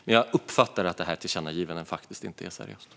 Men jag uppfattar faktiskt att det föreslagna tillkännagivandet inte är seriöst.